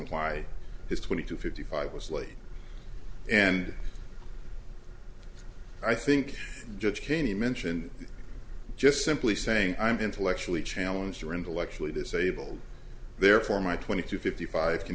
his twenty to fifty five was late and i think judge cheney mentioned just simply saying i'm intellectually challenged or intellectually disabled therefore my twenty to fifty five can